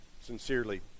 sincerely